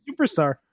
superstar